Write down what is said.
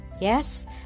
Yes